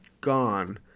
gone